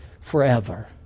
forever